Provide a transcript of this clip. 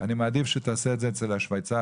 אני מעדיף שתעשה את זה אצל השוויצרים,